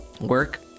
work